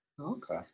Okay